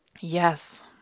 Yes